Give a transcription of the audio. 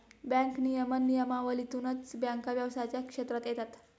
bank नियमन नियमावलीतूनच बँका व्यवसायाच्या क्षेत्रात येतात